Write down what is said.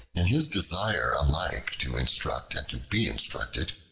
in his desire alike to instruct and to be instructed,